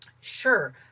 Sure